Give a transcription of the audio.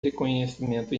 reconhecimento